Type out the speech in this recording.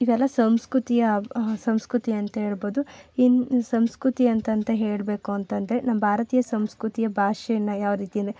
ಇವೆಲ್ಲ ಸಂಸ್ಕೃತಿಯ ಸಂಸ್ಕೃತಿ ಅಂಥೇಳ್ಬೊದು ಇನ್ನು ಸಂಸ್ಕೃತಿ ಅಂತಂತ ಹೇಳಬೇಕು ಅಂತಂದ್ರೆ ನಮ್ಮ ಭಾರತೀಯ ಸಂಸ್ಕೃತಿಯ ಭಾಷೆಯ ಯಾವರೀತಿ ಅಂದರೆ